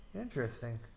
interesting